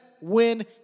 win